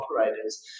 operators